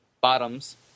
bottoms